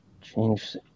change